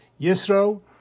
Yisro